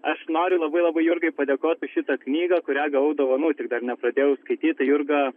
aš noriu labai labai jurgai padėkot už šitą knygą kurią gavau dovanų tik dar nepradėjau skaityt jurga